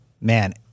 man